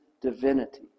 divinity